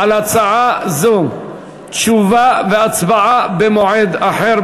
בהצעה זו תשובה והצבעה במועד אחר,